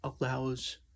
allows